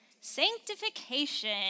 Sanctification